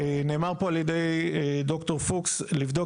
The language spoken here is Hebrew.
נאמר פה על ידי ד"ר פוקס לבדוק,